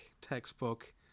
textbook